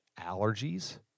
allergies